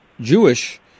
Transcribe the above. Jewish